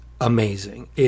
amazing